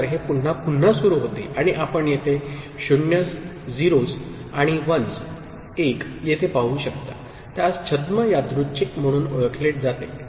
हे पुन्हा पुन्हा सुरू होते आणि आपण येथे 0s आणि 1s येथे पाहू शकता त्यास छद्म यादृच्छिक म्हणून ओळखले जाते ठीक आहे